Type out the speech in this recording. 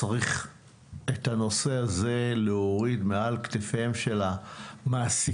צריך את הנושא הזה להוריד מעל כתפיהם של המעסיקים.